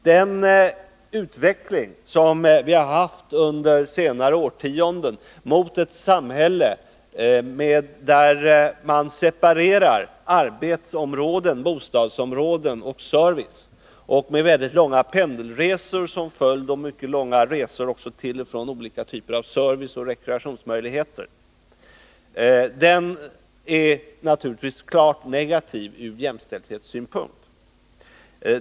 Den utveckling som vi har haft under senare årtionden — mot ett samhälle där man separerar arbetsområden, bostadsområden och service och med väldigt långa pendelresor, mycket långa resor till och från olika typer av service och rekreationsmöjligheter som följd — är naturligtvis klart negativ ur jämställdhetssynpunkt.